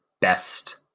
best